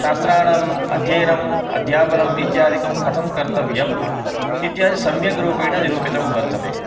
शास्त्राणाम् अध्ययनम् अध्यापनम् इत्यादिकं कथं कर्तव्यम् इत्यादिकं सम्यग्रूपेण निरूपितं वर्तते